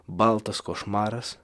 baltas košmaras